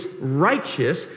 righteous